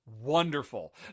Wonderful